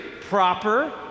proper